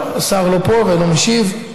השר לא פה ולא משיב.